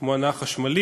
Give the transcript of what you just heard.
כמו הנעה חשמלית